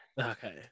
Okay